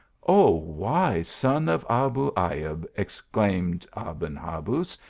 o, wise son of abu ayub, exclaimed aben habuz,